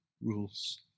rules